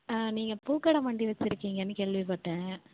ஆ நீங்கள் பூக்கடை வண்டி வச்சுருக்கீங்கன்னு கேள்விப்பட்டேன்